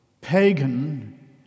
pagan